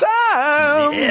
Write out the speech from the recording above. time